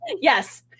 Yes